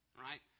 right